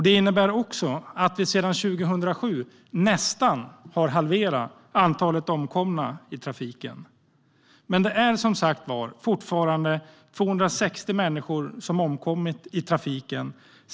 Det innebär också att vi nästan har halverat antalet omkomna i trafiken sedan 2007. Men det var fortfarande 260 människor som omkom i trafiken förra året.